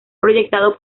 proyectado